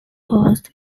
coast